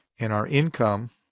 and our income,